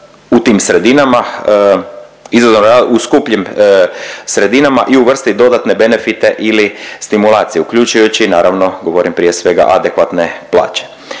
u tim sredinama, u skupljim sredinama i uvrstit dodatne benefite ili stimulacije uključujući naravno govorim prije svega adekvatne plaće.